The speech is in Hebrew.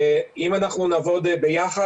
שאם אנחנו נעבוד ביחד,